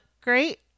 great